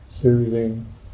Soothing